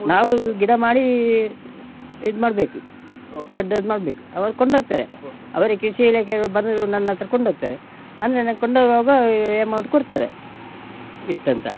ನಾವು ಗಿಡ ಮಾಡಿ ಇದ್ಮಾಡಬೇಕು ದೊಡ್ಡದು ಮಾಡಬೇಕು ಅವರು ಕೊಂಡೋಗ್ತಾರೆ ಅವರು ಕೃಷಿ ಇಲಾಖೆಯವರು ಬಂದು ನನ್ನ ಹತ್ರ ಕೊಂಡೋಗ್ತಾರೆ ಅಂದರೆ ನಂಗೆ ಕೊಂಡೋಗುವಾಗ ಅಮೌಂಟ್ ಕೊಡ್ತಾರೆ ಇಷ್ಟಂತ